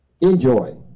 Enjoy